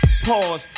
Pause